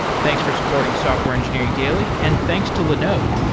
thanks for supporting software engineering daily, and thanks to linode.